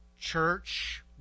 church